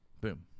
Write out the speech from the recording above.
Boom